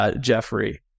Jeffrey